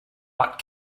but